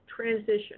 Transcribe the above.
transition